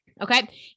Okay